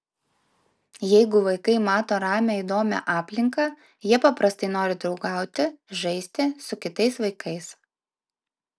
jeigu vaikai mato ramią įdomią aplinką jie paprastai nori draugauti žaisti su kitais vaikais